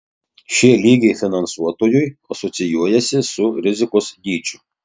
šie lygiai finansuotojui asocijuojasi su rizikos dydžiu